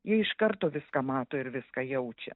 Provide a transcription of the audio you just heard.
jie iš karto viską mato ir viską jaučia